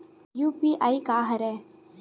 UPI का हरय?